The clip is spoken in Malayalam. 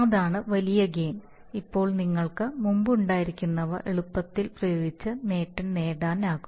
അതാണ് വലിയ ഗെയിൻ ഇപ്പോൾ നിങ്ങൾക്ക് മുമ്പുണ്ടായിരുന്നവ എളുപ്പത്തിൽ പ്രയോഗിച്ച് നേട്ടം നേടാനാകും